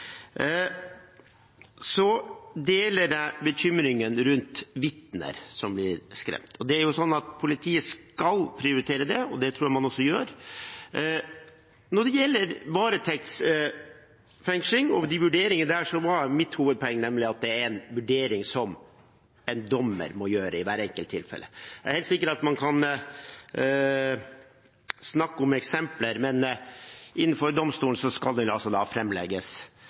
Så deler jeg bekymringen rundt vitner som blir skremt. Politiet skal prioritere det, og det tror jeg også man gjør. Når det gjelder varetektsfengsling og vurderingene der, var mitt hovedpoeng at det er en vurdering som en dommer må gjøre i hvert enkelt tilfelle. Man kan helt sikkert snakke om eksempler, men overfor domstolen skal det altså